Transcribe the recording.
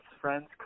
Friends